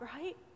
right